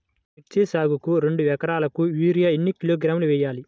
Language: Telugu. మిర్చి సాగుకు రెండు ఏకరాలకు యూరియా ఏన్ని కిలోగ్రాములు వేయాలి?